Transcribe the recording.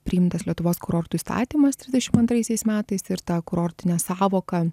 priimtas lietuvos kurortų įstatymas trisdešim antraisiais metais ir ta kurortinė sąvoka